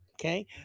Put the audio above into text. Okay